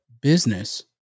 business